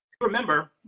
remember